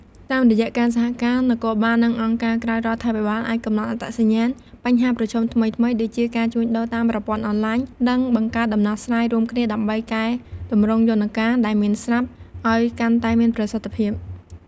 តាមរយៈការសហការ នគរបាល និងអង្គការក្រៅរដ្ឋាភិបាលអាចកំណត់អត្តសញ្ញាណបញ្ហាប្រឈមថ្មីៗដូចជាការជួញដូរតាមប្រព័ន្ធអនឡាញ និងបង្កើតដំណោះស្រាយរួមគ្នា ដើម្បីកែទម្រង់យន្តការដែលមានស្រាប់ឲ្យកាន់តែមានប្រសិទ្ធភាព។